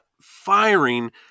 firing